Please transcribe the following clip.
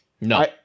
No